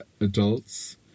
adults